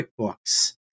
QuickBooks